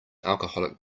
alcoholic